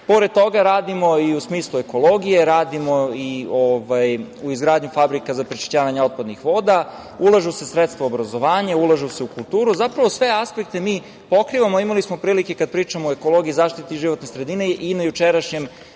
toga, radimo i u smislu ekologije, radimo na izgradnji fabrika za prečišćavanje otpadnih voda, ulažu se sredstva u obrazovanje, ulažu se u kulturu, zapravo sve aspekte mi pokrivamo. Imali smo prilike, kad pričamo o ekologiji i zaštiti životne sredine, i na jučerašnjoj